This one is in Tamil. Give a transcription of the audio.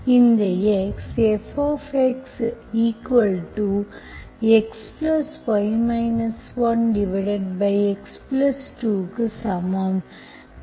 இந்த x f xy 1x2க்கு சமம்